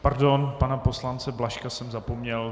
Pardon, pana poslance Blažka jsem zapomněl.